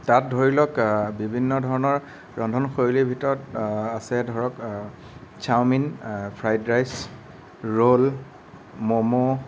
তাত ধৰি লওক বিভিন্ন ধৰণৰ ৰন্ধনশৈলীৰ ভিতৰত আছে ধৰক chowmein fried rice roll momo